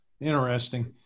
interesting